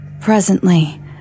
presently